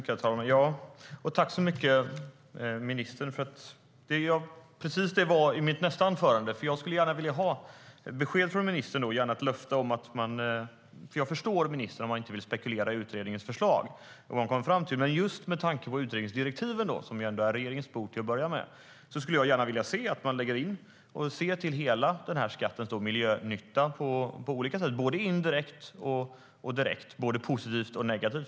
Herr talman! Jag vill tacka ministern för det eftersom jag tänkte ta upp just det i mitt andra anförande. Jag skulle vilja ha besked, gärna ett löfte. Jag förstår om ministern inte vill spekulera i vad utredningen kommer att komma fram till, men just med tanke på utredningsdirektiven som till att börja med ändå ligger på regeringens bord skulle jag gärna vilja att man ser till hela skattens miljönytta på olika sätt, både indirekt och direkt, både positivt och negativt.